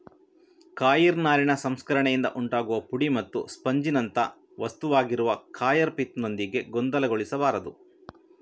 coir ನಾರಿನ ಸಂಸ್ಕರಣೆಯಿಂದ ಉಂಟಾಗುವ ಪುಡಿ ಮತ್ತು ಸ್ಪಂಜಿನಂಥ ವಸ್ತುವಾಗಿರುವ ಕಾಯರ್ ಪಿತ್ ನೊಂದಿಗೆ ಗೊಂದಲಗೊಳಿಸಬಾರದು